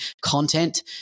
content